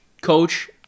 coach